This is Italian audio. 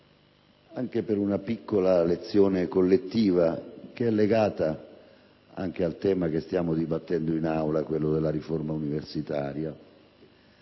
anche per una piccola lezione collettiva, che è legata anche al tema che stiamo dibattendo in Aula (mi riferisco alla riforma universitaria),